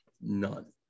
none